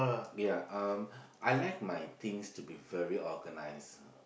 ya um I like my things to be very organised